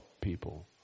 people